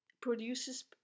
produces